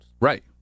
Right